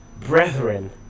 brethren